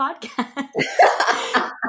podcast